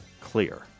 clear